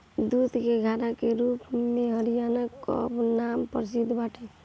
दूध के घड़ा के रूप में हरियाणा कअ नाम प्रसिद्ध बाटे